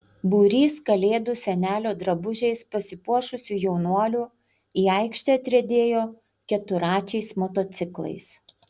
būrys kalėdų senelio drabužiais pasipuošusių jaunuolių į aikštę atriedėjo keturračiais motociklais